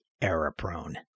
error-prone